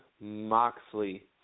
Moxley